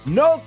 no